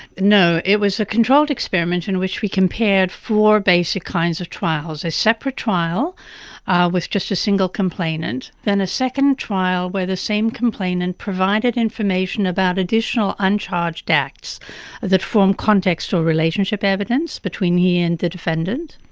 no. it was a controlled experiment in which we compared four basic kinds of trials a separate trial with just a single complainant, then a second trial where the same complainant provided information about additional uncharged acts that form context or relationship evidence between he and the defendant.